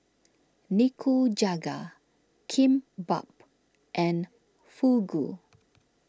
Nikujaga Kimbap and Fugu